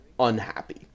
unhappy